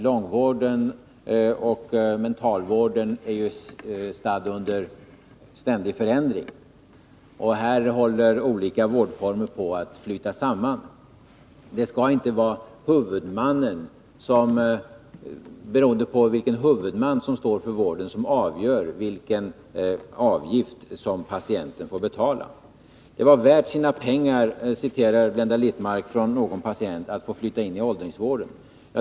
Långvården och mentalvården är stadda i ständig förändring. Här håller olika vårdformer på att flyta samman. Vilken avgift patienten får betala skall inte vara beroende av vilken huvudman som står för vården. Det var värt sina pengar, citerade Blenda Littmarck någon patient, att få flytta till åldringsvården.